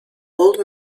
old